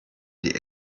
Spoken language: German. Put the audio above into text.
die